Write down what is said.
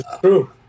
true